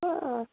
ಹಾಂ